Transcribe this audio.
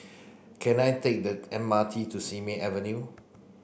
can I take the M R T to Simei Avenue